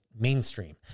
mainstream